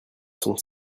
sont